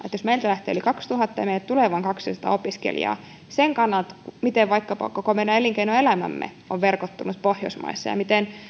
että jos meiltä lähtee yli kaksituhatta ja meille tulee vain kaksisataa opiskelijaa erittäin huolestuttavana sen kannalta miten vaikkapa koko meidän elinkeinoelämämme on verkottunut pohjoismaissa ja miten